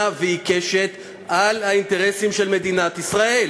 ועיקשת על האינטרסים של מדינת ישראל.